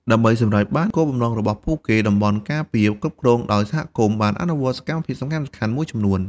ដើម្បីសម្រេចបានគោលបំណងរបស់ពួកគេ តំបន់ការពារគ្រប់គ្រងដោយសហគមន៍ បានអនុវត្តសកម្មភាពសំខាន់ៗមួយចំនួន។